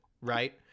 right